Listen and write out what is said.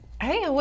Hey